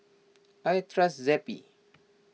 I trust Zappy